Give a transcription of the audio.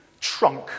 trunk